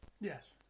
Yes